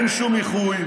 אין שום איחוי,